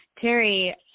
terry